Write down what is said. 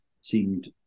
seemed